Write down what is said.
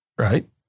Right